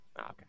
Okay